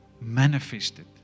manifested